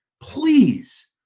Please